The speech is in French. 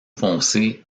foncé